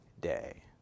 day